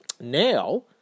Now